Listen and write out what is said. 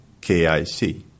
KIC